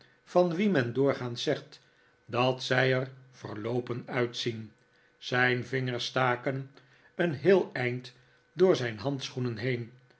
van wie men doorgaans zegt dat zij er verloopen uitzien zijn vingers staken een heel eind door zijn handschoenen heen